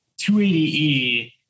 280e